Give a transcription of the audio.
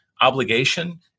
obligation